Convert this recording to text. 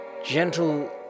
Gentle